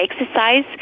exercise